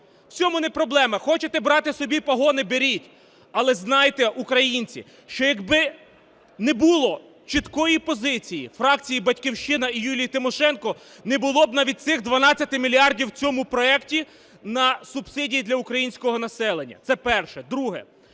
В цьому не проблема, хочете брати собі погони – беріть. Але знайте, українці, що якби не було чіткої позиції фракції "Батьківщина" і Юлії Тимошенко, не було б навіть цих 12 мільярдів в цьому проекті на субсидії для українського населення. Це перше. Друге.